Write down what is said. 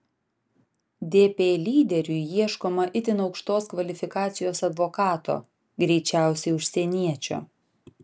dp lyderiui ieškoma itin aukštos kvalifikacijos advokato greičiausiai užsieniečio